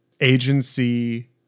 agency